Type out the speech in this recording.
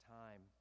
time